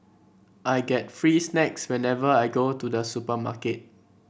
I get free snacks whenever I go to the supermarket